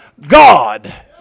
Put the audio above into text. God